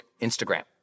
Instagram